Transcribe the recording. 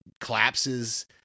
collapses